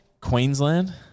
Queensland